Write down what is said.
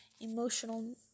emotional